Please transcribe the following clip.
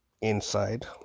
inside